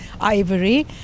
ivory